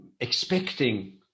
expecting